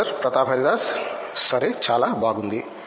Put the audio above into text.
professor Pratap Haridas సరే చాలా బాగుంది